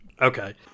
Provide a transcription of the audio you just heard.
okay